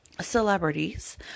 celebrities